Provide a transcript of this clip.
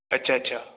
ਅੱਛਾ ਅੱਛਾ